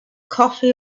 coffee